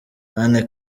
anne